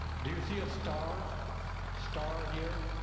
do you see a star star here?